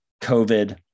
COVID